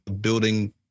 building